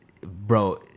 bro